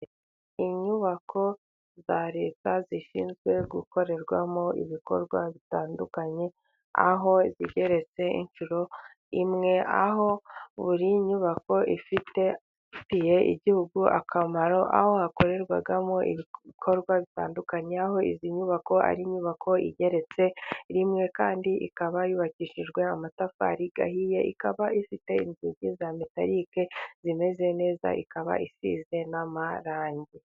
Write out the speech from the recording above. Inyubako za leta zishinzwe gukorerwamo ibikorwa bitandukanye, aho zigeretse inshuro imwe, aho buri nyubako ifitiye igihugu akamaro aho hakorerwamo ibikorwa bitandukanye aho izi nyubako ari inyubako igeretse rimwe kandi ikaba yubakishijwe amatafari ahiye ikaba ifite inzugi za metarike zimeze neza ikaba isize n'amarangi.